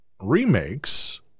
remakes